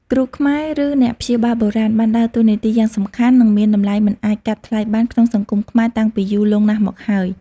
គ្រូខ្មែរ ឬអ្នកព្យាបាលបុរាណ បានដើរតួនាទីយ៉ាងសំខាន់ និងមានតម្លៃមិនអាចកាត់ថ្លៃបានក្នុងសង្គមខ្មែរតាំងពីយូរលង់ណាស់មកហើយ។